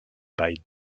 bail